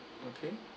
okay